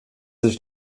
sich